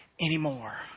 anymore